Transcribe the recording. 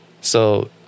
So-